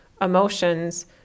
emotions